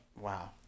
Wow